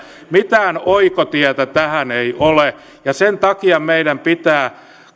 mitään oikotietä tähän ei ole ja sen takia meidän pitää